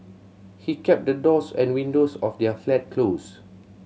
he kept the doors and windows of their flat closed